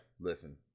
Listen